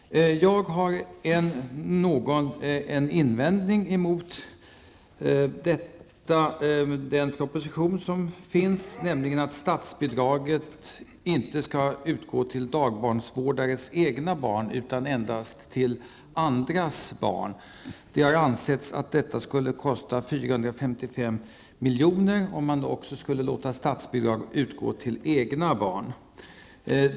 Jag har dock en invändning mot vad som sägs i propositionen om att statsbidrag inte skall utgå till dagbarnvårdares vård av egna barn utan endast till vård av andras barn. Man anser att det skulle kosta 455 miljoner att låta statsbidrag utgå också till vård av egna barn.